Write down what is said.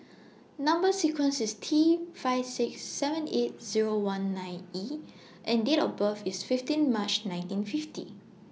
Number sequence IS T five six seven eight Zero one nine E and Date of birth IS fifteen March nineteen fifty